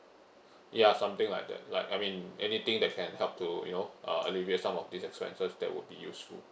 ya something like that right I mean anything that can help to you know uh alleviate some of these expenses that would be useful